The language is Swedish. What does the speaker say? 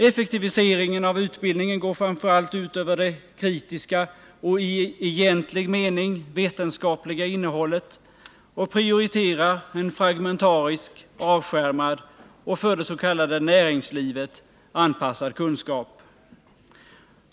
Effektiviseringen av utbildningen går framför allt ut över det kritiska och i egentlig mening vetenskapliga innehållet och prioriterar en fragmentarisk, avskärmad och för det s.k. näringslivet anpassad kunskap.